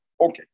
Okay